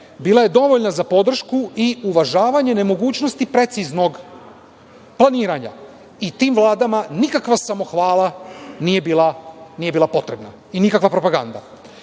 bila je dovoljna za podršku i uvažavanje nemogućnosti preciznog planiranja. I tim vladama nikakva samohvala i nikakva propaganda